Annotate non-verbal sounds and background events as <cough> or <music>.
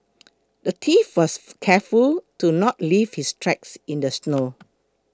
the thief was <noise> careful to not leave his tracks in the snow <noise>